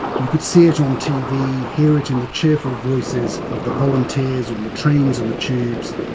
you could see it on tv, hear it in the cheerful voices of the volunteers on the trains and the tubes,